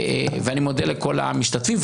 ואני מודה לכל המשתתפים,